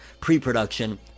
pre-production